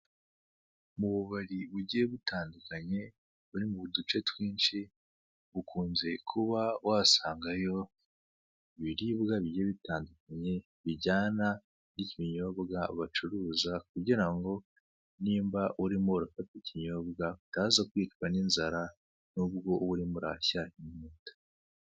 Mu bubari bugiye butandukanye buri mu duce twinshi ukunze kuba wasangayo ibiribwa bigiye bitandukanye bijyana n'ikinyobwa bacuruza kugira ngo nimba urimo uraufata ikinyobwa utaza kwicwa n'inzara, n'ubwo uba ura